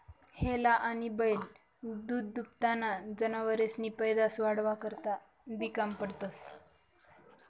हेला आनी बैल दूधदूभताना जनावरेसनी पैदास वाढावा करता बी काम पडतंस